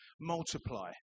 multiply